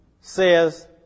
says